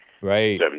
Right